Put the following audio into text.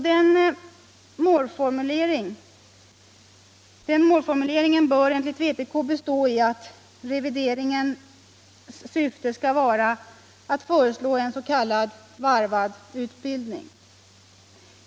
Den målformuleringen bör enligt vpk bestå i att revideringens syfte skall vara att föreslå en s.k. varvad utbildning.